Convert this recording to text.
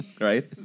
right